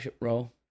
role